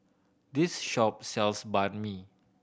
this shop sells Banh Mi